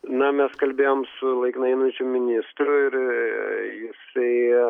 na mes kalbėjom su laikinai einančiu ministru ir jisai